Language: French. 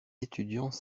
étudiants